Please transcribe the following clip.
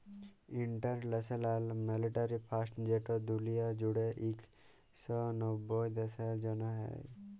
ইলটারল্যাশ লাল মালিটারি ফাল্ড যেট দুলিয়া জুইড়ে ইক শ নব্বইট দ্যাশের জ্যনহে হ্যয়